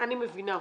אני מבינה אותך.